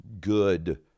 good